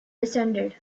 descended